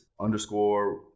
underscore